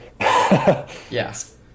Yes